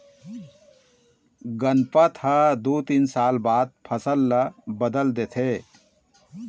गनपत ह दू तीन साल बाद फसल ल बदल देथे